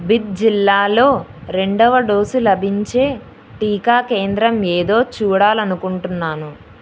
బిద్ జిల్లాలో రెండవ డోసు లభించే టీకా కేంద్రం ఏదో చూడాలనుకుంటున్నాను